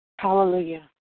Hallelujah